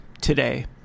today